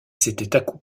s’était